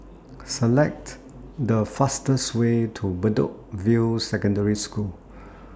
Select The fastest Way to Bedok View Secondary School